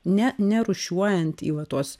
ne nerūšiuojant į va tuos